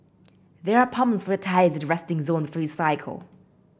there are pumps for your tyres at the resting zone before you cycle